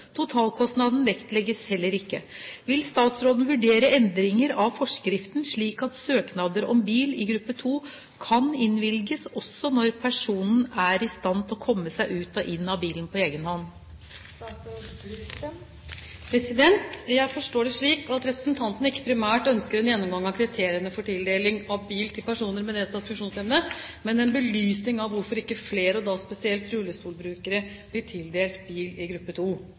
Totalkostnaden vektlegges heller ikke. Vil statsråden vurdere endring av forskriften slik at søknader om bil i gruppe 2 kan innvilges også når personen er i stand til å komme seg ut og inn av bilen på egen hånd?» Jeg forstår det slik at representanten ikke primært ønsker en gjennomgang av kriteriene for tildeling av bil til personer med nedsatt funksjonsevne, men en belysning av hvorfor ikke flere, og da spesielt rullestolbrukere, blir tildelt bil i gruppe